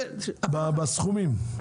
בסכומים.